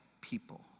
people